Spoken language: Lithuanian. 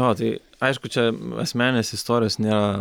o tai aišku čia asmeninės istorijos ne